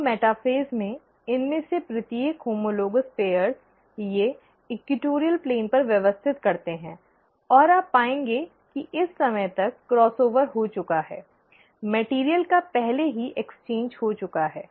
अब मेटाफ़ेज़ में इनमें से प्रत्येक होमोलोगॅस जोड़ी ये भूमध्य रेखा पर व्यवस्थित करते हैं और आप पाएंगे कि इस समय तक क्रॉस ओवर हो चुका है सामग्री का पहले ही आदान प्रदान हो चुका है